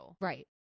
Right